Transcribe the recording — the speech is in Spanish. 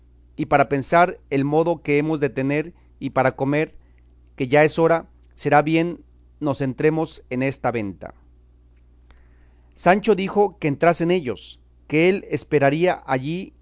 y para pensar el modo que hemos de tener y para comer que ya es hora será bien nos entremos en esta venta sancho dijo que entrasen ellos que él esperaría allí